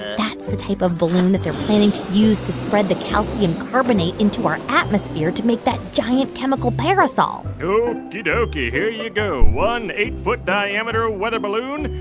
that's the type of balloon that they're planning to use to spread the calcium carbonate into our atmosphere to make that giant chemical parasol okey-dokey, here you go one eight foot diameter weather balloon.